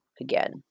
again